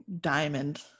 diamond